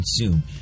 consume